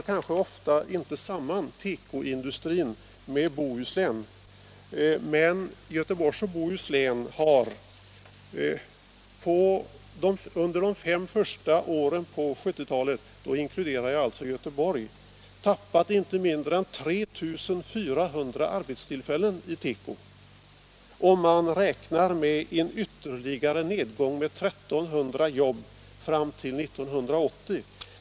Man kanske inte ofta kopplar samman tekoindustri med Bohuslän, men Göteborgs och Bohus län har under de fem första åren på 1970-talet —- då inkluderar jag Göteborg — tappat inte mindre än 3 400 arbetstillfällen inom tekoindustrin, och man räknar med en ytterligare nedgång med 1 300 jobb fram till 1980.